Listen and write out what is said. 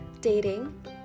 dating